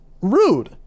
Rude